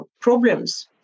problems